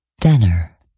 Dinner